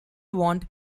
want